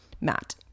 Matt